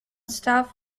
staff